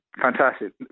Fantastic